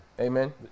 Amen